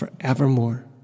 forevermore